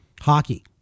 Hockey